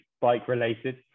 bike-related